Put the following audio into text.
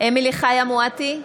אמילי חיה מואטי,